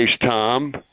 Tom